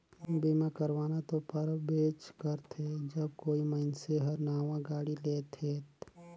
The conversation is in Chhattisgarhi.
बीमा करवाना तो परबेच करथे जब कोई मइनसे हर नावां गाड़ी लेथेत